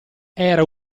era